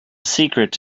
secret